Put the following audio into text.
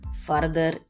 further